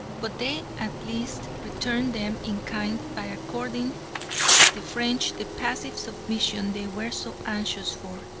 but they at least returned them in kind by according the french the passive submission they were so anxious for,